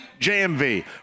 JMV